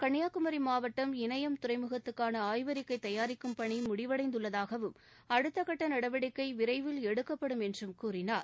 கன்னியாகுமரி மாவட்டம் இனயம் துறைமுகத்துக்கான ஆய்வறிக்கை தயாரிக்கும் பணி முடிவடைந்துள்ளதாகவும் அடுத்தக்கட்ட நடவடிக்கை விரைவில் எடுக்கப்படும் என்றும் கூறினார்